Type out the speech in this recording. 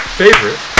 favorite